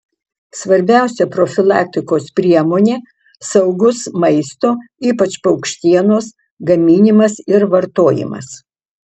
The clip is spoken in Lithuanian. svarbiausia profilaktikos priemonė saugus maisto ypač paukštienos gaminimas ir vartojimas